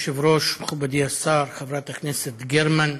אדוני היושב-ראש, מכובדי השר, חברת הכנסת גרמן,